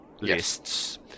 lists